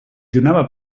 donava